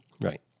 Right